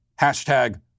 Hashtag